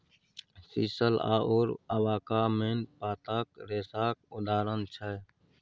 sisal आओर अबाका मेन पातक रेशाक उदाहरण छै